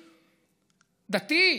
דתי,